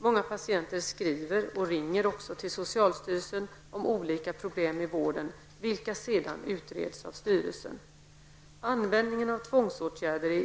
Många patienter skriver och ringer också till socialstyrelsen om olika problem i vården, vilka sedan utreds av styrelsen.